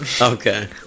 okay